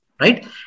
right